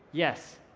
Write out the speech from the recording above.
yes,